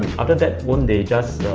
after that won't they just